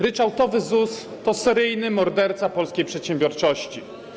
Ryczałtowy ZUS to seryjny morderca polskiej przedsiębiorczości.